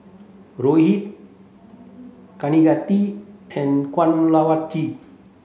Rohit Kaneganti and Kanwaljit